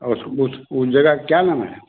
और उसको उस उस जगह का क्या नाम है